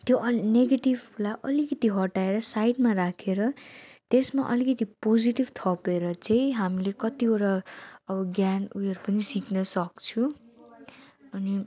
त्यो अल नेगेटिभलाई अलिकति हटाएर साइडमा राखेर त्यसमा अलिकति पोजिटिभ थपेर चाहिँ हामीले कतिवटा अब ज्ञान उयोहरू पनि सिक्न सक्छौँ अनि